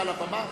מעל הבמה?